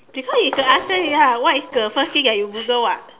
because you can answer ya what is the first thing that you Google [what]